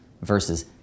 versus